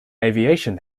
aviation